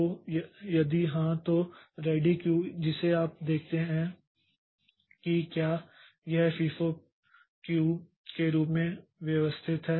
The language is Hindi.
तो यदि हां तो रेडी क्यू जिसे आप देखते हैं कि क्या यह एक फीफो क्यू के रूप में व्यवस्थित है